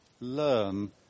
learn